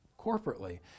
corporately